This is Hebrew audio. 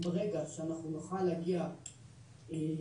ברגע שאנחנו נוכל להגיע למתלוננים,